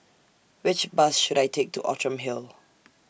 Which Bus should I Take to Outram Hill